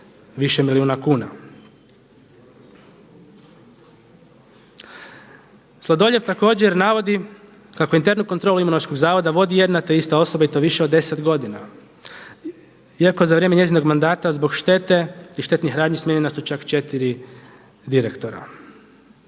više milijuna kuna. Sladoljev također navodi kako internu kontrolu Imunološkog zavoda vodi jedna te ista osoba i to više od 10 godina, iako za vrijeme njezinog mandata zbog štete i štednih radnji smijenjena su čak četiri direktora.